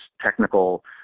technical